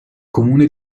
comune